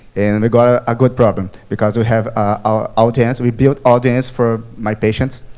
and and we got a good problem. because we have ah audience we built, audience for my patients,